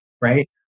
right